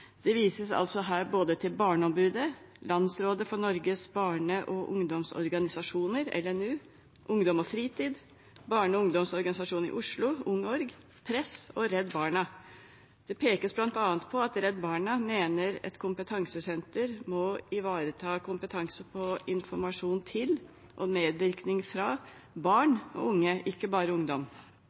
Det vises her til både Barneombudet, Landsrådet for Norges barne- og ungdomsorganisasjoner, LNU, Ungdom og Fritid, Barne- og ungdomsorganisasjonene i Oslo, UngOrg, Press og Redd Barna. Det pekes bl.a. på at Redd Barna mener at et kompetansesenter må ivareta kompetanse på, informasjon til og medvirkning fra barn og unge – ikke bare ungdom.